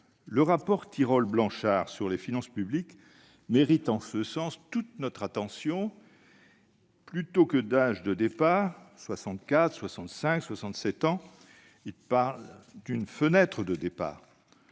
Le rapport Tirole-Blanchard, relatif aux finances publiques, mérite en ce sens toute notre attention. Plutôt qu'un âge de départ à 64, 65 ou 67 ans, il retient une « fenêtre de départ